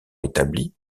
établis